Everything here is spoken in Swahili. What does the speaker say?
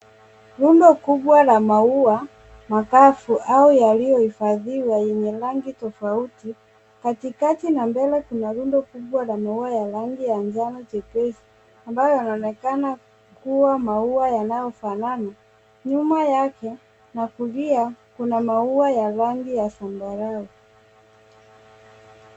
Rundo kubwa la maua makavu au yaliyohifadhiwa yenye rangi tofauti. Katikati na mbele kunarundo kubwa la maua ya rangi ya njano jepesi ambayo yanaonekana kuwa maua yanayofanana. Nyuma yake na kulia, kuna maua ya rangi ya zambarau.